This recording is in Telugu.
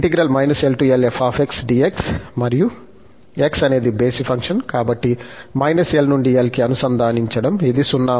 మరియు x అనేది బేసి ఫంక్షన్ కాబట్టి −l నుండి l కి అనుసంధానించడం ఇది 0 అవుతుంది